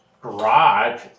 garage